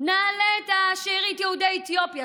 נעלה את שארית יהודי אתיופיה,